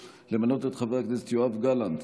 5. למנות את חבר הכנסת יואב גלנט